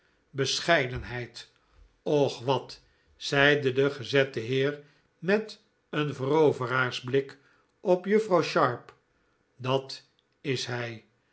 bescheidenheid och wat zeide de gezette heer met een veroveraarsblik op juffrouw sharp dat is hij